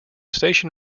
station